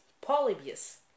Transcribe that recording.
Polybius